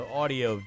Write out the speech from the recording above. audio